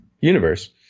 universe